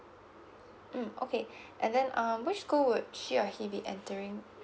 mm okay and then um which school would she or he be entering